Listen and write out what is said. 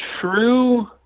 true